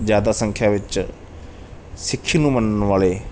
ਜ਼ਿਆਦਾ ਸੰਖਿਆ ਵਿੱਚ ਸਿੱਖੀ ਨੂੰ ਮੰਨਣ ਵਾਲੇ